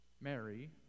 Mary